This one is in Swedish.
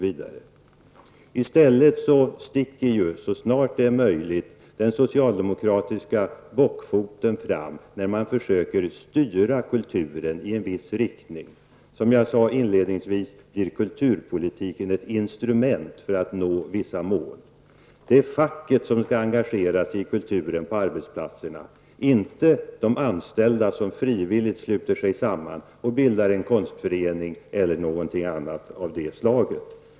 I stället sticker den socialdemokratiska bockfoten fram när man försöker styra kulturen i en viss riktning. Kulturpolitiken blir ett instrument för att nå vissa mål. Det är facket som skall engagera sig i kulturen på arbetsplatserna, inte de anställda som frivilligt sluter sig samman och bildar en konstförening eller något annat av det slaget.